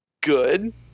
good